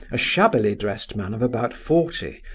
a shabbily dressed man of about forty,